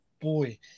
boy